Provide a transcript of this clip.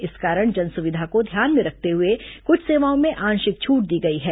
इस कारण जनसुविधा को ध्यान में रखते हुए कुछ सेवाओं में आंशिक छूट दी गई है